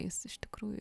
jis iš tikrųjų